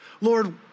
Lord